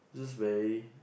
just very